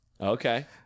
Okay